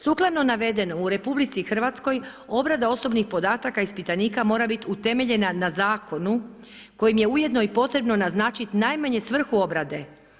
Sukladno navedenom u RH, obrada osobnih podataka ispitanika mora biti utemeljena na zakonu kojim je ujedno i potrebno naznačiti najmanje svrhu obrade.